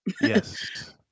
Yes